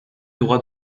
droit